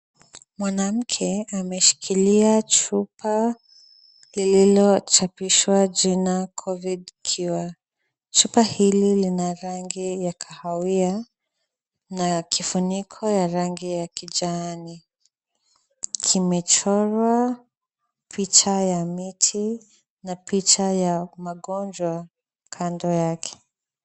Mwanamke ameshikilia chupa lililochapishwa jina COVID Cure. Chupa hili lina rangi ya kahawia, na kifuniko ya rangi ya kijani. Kimechorwa picha ya miti, na picha ya magonjwa, kando yake.